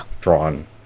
drawn